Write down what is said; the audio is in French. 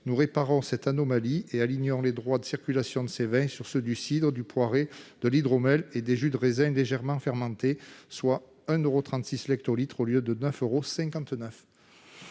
réparer cette anomalie en alignant les droits de circulation de ces vins sur ceux du cidre, du poiré, de l'hydromel et des jus de raisin légèrement fermentés, soit 1,36 euro